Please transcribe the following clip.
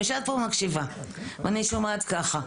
אני יושבת פה ומקשיבה ואני שומעת ככה,